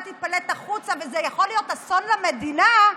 אתה תיפלט החוצה, וזה יכול להיות אסון למדינה,